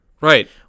Right